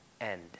end